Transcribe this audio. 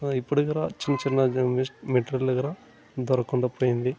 ఇప్పుడు కూడా చిన్న చిన్న మెటీరియల్ దగ్గర దొరకకుండా పోయింది